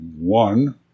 one